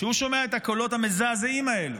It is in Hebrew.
כשהוא שומע את הקולות המזעזעים האלה,